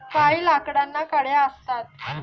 काही लाकडांना कड्या असतात